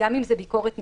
גם אם זה ביקורת נדחית,